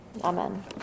Amen